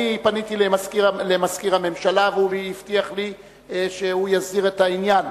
אני פניתי למזכיר הממשלה והוא הבטיח לי שהוא יסדיר את העניין.